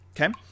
Okay